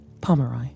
Pomeroy